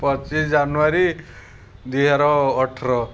ପଚିଶ ଜାନୁଆରୀ ଦୁଇହଜାର ଅଠର